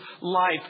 life